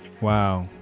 Wow